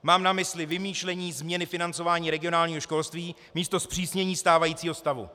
Mám na mysli vymýšlení změny financování regionálního školství místo zpřísnění stávajícího stavu.